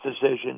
decision